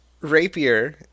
Rapier